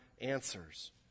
answers